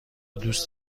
دوست